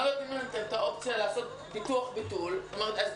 לא נותנים להם אופציה לעשות ביטוח על ביטול נסיעה.